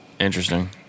Interesting